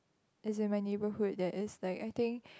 as in my neighbourhood there is like I think